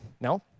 No